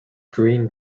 green